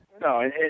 No